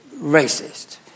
racist